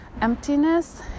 emptiness